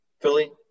Philly